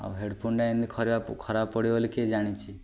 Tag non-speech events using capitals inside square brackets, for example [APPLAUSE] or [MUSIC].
ଆଉ ହେଡଫୋନଟା ଏମିତି [UNINTELLIGIBLE] ଖରାପ ପଡ଼ିବ ବୋଲି କିଏ ଜାଣିିଛି